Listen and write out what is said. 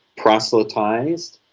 proselytised,